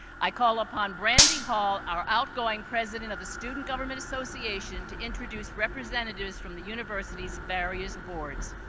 i call upon brandy hall, our outgoing president of the student government association, to introduce representatives from the university's various boards.